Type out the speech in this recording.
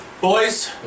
Boys